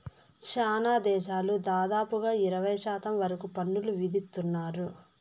శ్యానా దేశాలు దాదాపుగా ఇరవై శాతం వరకు పన్నులు విధిత్తున్నారు